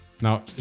Now